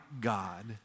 God